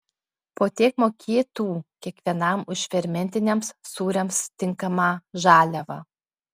po tiek mokėtų kiekvienam už fermentiniams sūriams tinkamą žaliavą